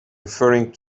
referring